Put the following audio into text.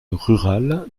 rural